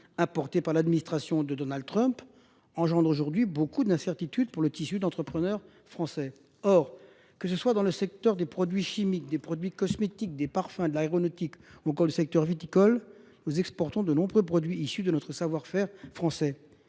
importée par l'administration de Donald Trump engendre aujourd'hui beaucoup d'incertitudes pour le tissu d'entrepreneurs français. Or, que ce soit dans le secteur des produits chimiques, des produits cosmétiques, des parfums, de l'aéronautique ou encore le secteur viticole, nous exportons de nombreux produits issus de notre savoir-faire français.